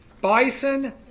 Bison